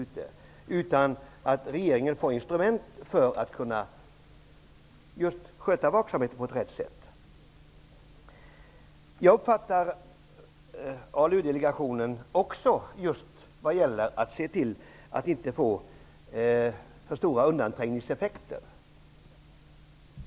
Regeringen måste få instrument för att kunna vara vaksam på rätt sätt. Jag uppfattar det som att ALU-delegationen också skall se till att det inte blir för stora undanträngningseffekter.